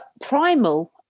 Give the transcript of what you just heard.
primal